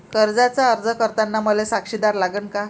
कर्जाचा अर्ज करताना मले साक्षीदार लागन का?